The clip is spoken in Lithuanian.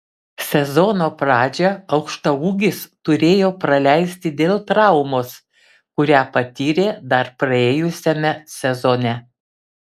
sezono pradžią aukštaūgis turėjo praleisti dėl traumos kurią patyrė dar praėjusiame sezone